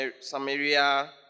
Samaria